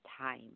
time